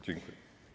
Dziękuję.